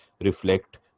reflect